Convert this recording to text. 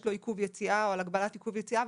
לו עיכוב יציאה או על הגבלת עיכוב יציאה,